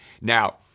Now